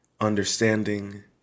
understanding